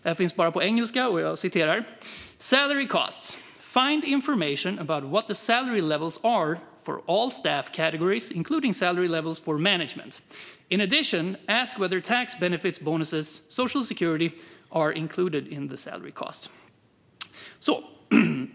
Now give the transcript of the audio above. Det finns bara på engelska. Jag citerar: "Salary costs. Find information about what the salary levels are for all staff categories including salary levels for management. In addition, ask whether tax, benefits, bonuses, social security etc are included in the salary costs."